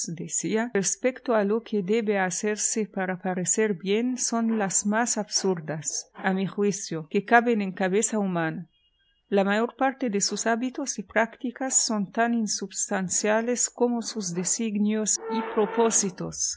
veintidós añosdecíarespecto a lo que debe hacerse para parecer bien son las más absurdas a mi juicio que caben en cabeza humana la mayor parte de sus hábitos y prácticas son tan insubstanciales como sus designios y propósitos